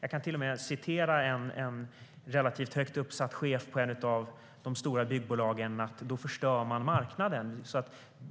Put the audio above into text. En relativt högt uppsatt chef på ett av de stora byggbolagen uttryckte det som att man då förstör marknaden.